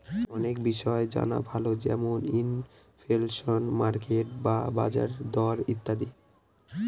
অনেক বিষয় জানা ভালো যেমন ইনফ্লেশন, মার্কেট বা বাজারের দর ইত্যাদি